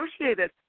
associated